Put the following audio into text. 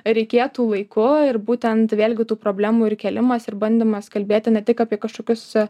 reikėtų laiku ir būtent vėlgi tų problemų ir kėlimas ir bandymas kalbėti ne tik apie kažkokius